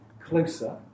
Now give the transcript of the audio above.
closer